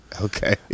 Okay